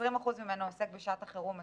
20% עוסקים בשעת החירום עצמה,